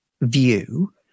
view